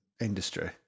Industry